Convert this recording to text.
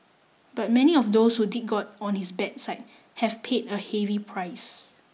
but many of those who did get on his bad side have paid a heavy price